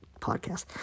podcast